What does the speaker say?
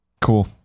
Cool